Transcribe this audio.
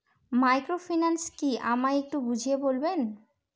Microfinance কি আমায় একটু বুঝিয়ে বলবেন?